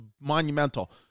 monumental